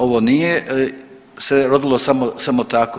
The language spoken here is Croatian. Ovo nije se rodilo samo tako.